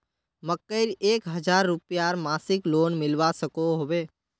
मकईर एक हजार रूपयार मासिक लोन मिलवा सकोहो होबे?